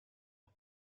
are